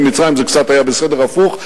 עם מצרים זה קצת היה בסדר הפוך.